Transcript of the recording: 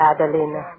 Adelina